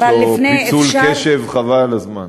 יש לו פיצול קשב, חבל על הזמן.